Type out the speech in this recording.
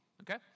Okay